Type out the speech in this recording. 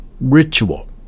ritual